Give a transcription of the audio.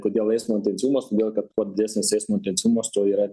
kodėl eismo intensyvumas todėl kad kuo didesnis eismo intensyvumas tuo yra